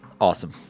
Awesome